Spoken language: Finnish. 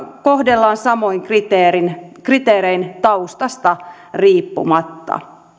kohdellaan samoin kriteerein kriteerein taustasta riippumatta